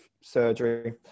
surgery